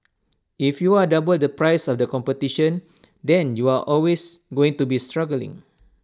if you are double the price of the competition then you are always going to be struggling